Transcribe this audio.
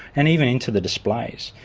and even into the displays.